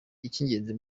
icy’ingenzi